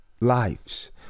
lives